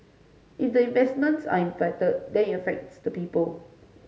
if the investments are affected then it affects the people